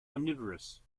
omnivorous